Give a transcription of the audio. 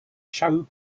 chow